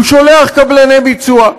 הוא שולח קבלני ביצוע.